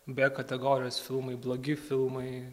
b kategorijos filmai blogi filmai